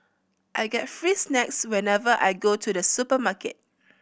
I get free snacks whenever I go to the supermarket